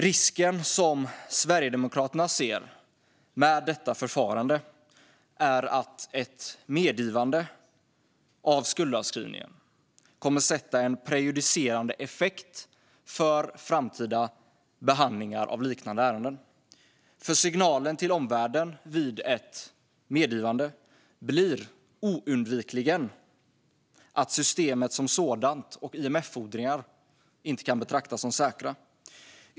Risken som Sverigedemokraterna ser med detta förfarande är att ett medgivande av skuldavskrivningen kommer att få en prejudicerande effekt för framtida behandlingar av liknande ärenden. Signalen till omvärlden vid ett medgivande blir oundvikligen att systemet som sådant och IMF-fordringar inte kan betraktas som säkra.